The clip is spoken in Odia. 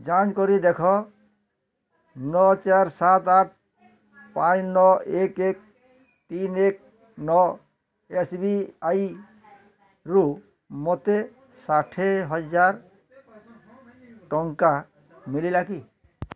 ଯାଞ୍ଚ କରି ଦେଖ ନଅ ଚାରି ସାତ ଆଠ ପାଞ୍ଚ ନଅ ଏକ ଏକ ତିନ ଏକ ନଅ ଏସ୍ବିଆଇରୁ ମୋତେ ଷାଠିଏ ହଜାର ଟଙ୍କା ମିଳିଲା କି